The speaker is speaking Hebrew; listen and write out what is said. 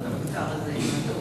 מהיכן התובנה הזו?